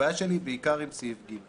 הבעיה שלי היא בעיקר עם סעיף (ג),